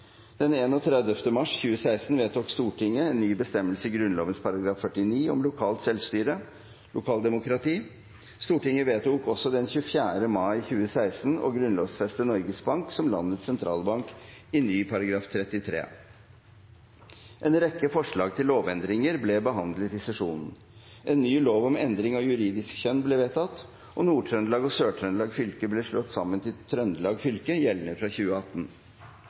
Den 31. mars 2016 vedtok Stortinget en ny bestemmelse i Grunnloven § 49, om lokalt selvstyre/lokaldemokrati. Stortinget vedtok også den 24. mai 2016 å grunnlovfeste Norges Bank som landets sentralbank, i ny § 33. En rekke forslag til lovendringer ble behandlet i sesjonen. En ny lov om endring av juridisk kjønn ble vedtatt, og Nord-Trøndelag fylke og Sør-Trøndelag fylke ble slått sammen til Trøndelag fylke, gjeldende fra 2018.